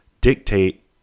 dictate